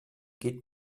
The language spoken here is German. geht